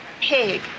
pig